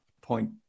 point